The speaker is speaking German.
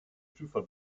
prüfer